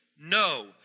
No